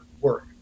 work